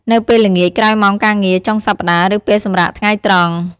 នៅពេលល្ងាចក្រោយម៉ោងការងារ ចុងសប្តាហ៍ ឬពេលសម្រាកថ្ងៃត្រង់។